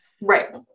Right